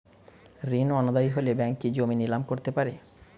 ঋণ অনাদায়ি হলে ব্যাঙ্ক কি জমি নিলাম করতে পারে?